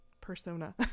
persona